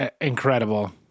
incredible